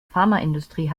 pharmaindustrie